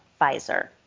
Pfizer